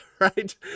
right